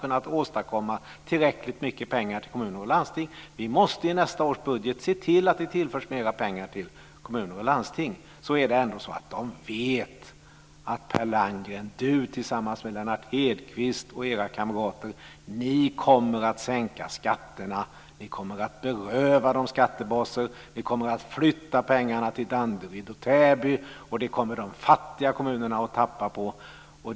Men jag tror faktiskt att mina partikamrater men också väldigt många andra, framför allt alla de i norra Sverige som bor i kommuner som i dag har problem, vet - även om de är kritiska - att Per Landgren tillsammans med Lennart Hedquist och deras kamrater kommer att sänka skatterna, kommer att beröva dem skattebaser, kommer att flytta pengarna till Danderyd och Täby och att de fattiga kommunerna kommer att förlora på det.